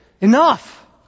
Enough